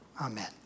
Amen